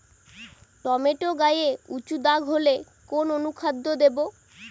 Tomato গায়ে উচু দাগ হলে কোন অনুখাদ্য দেবো?